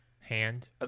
Hand